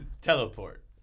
Teleport